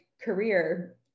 career